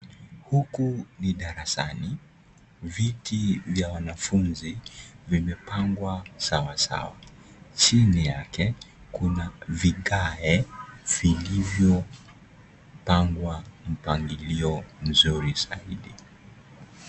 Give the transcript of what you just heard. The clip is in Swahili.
Huku ni darasani, viti vya wanafunzi vimepangwa sawasawa, chini yake kuna vikae vilivyopangwa mpangilio mzuri zaidi.